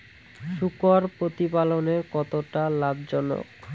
শূকর প্রতিপালনের কতটা লাভজনক?